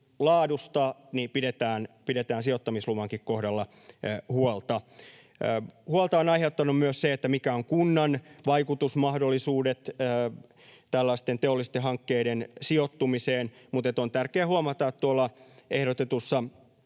laadusta pidetään sijoittamisluvankin kohdalla huolta. Huolta on aiheuttanut myös se, mitkä ovat kunnan vaikutusmahdollisuudet tällaisten teollisten hankkeiden sijoittumiseen, mutta on tärkeää huomata, että tuolla ehdotetussa